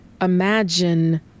imagine